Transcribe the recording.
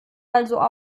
also